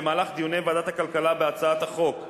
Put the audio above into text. במהלך דיוני ועדת הכלכלה בהצעת החוק,